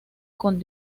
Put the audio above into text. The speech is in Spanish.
con